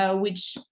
ah which,